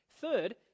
Third